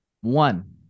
One